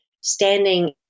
standing